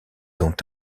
ont